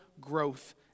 growth